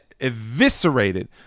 eviscerated